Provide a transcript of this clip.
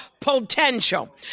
potential